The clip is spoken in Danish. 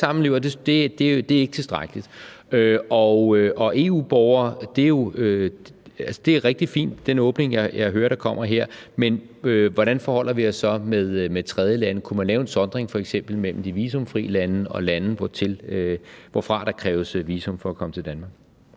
er ikke tilstrækkeligt. Og i forhold til EU-borgere er det jo rigtig fint, altså den åbning, jeg hører der kommer her, men hvordan forholder vi os så til tredjelande? Kunne man f.eks. lave en sondring mellem de visumfri lande og lande, hvorfra der kræves visum for at komme til Danmark?